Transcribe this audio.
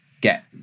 get